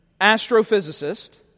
astrophysicist